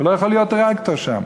הוא לא יכול להיות דירקטור שם.